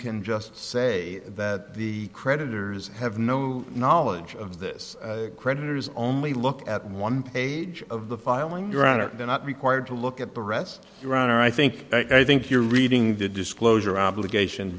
can just say that the creditors have no knowledge of this creditors only look at one page of the filing granted they're not required to look at the rest your honor i think i think you're reading the disclosure obligation